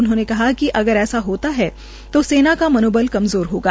उन्होंने कहा कि अगर ऐसा होता है तो सेना का मनोबल कमजोर होगा